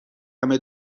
همه